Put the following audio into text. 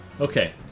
Okay